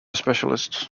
specialist